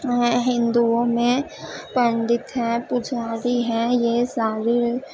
ہندوؤں میں پنڈت ہیں پجاری ہیں یہ سارے